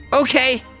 Okay